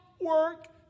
work